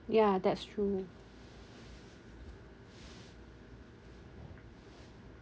ya that's true